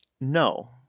No